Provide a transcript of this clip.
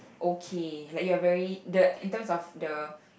okay like you are very the in terms of the